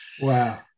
wow